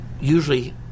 Usually